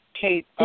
Kate